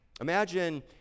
Imagine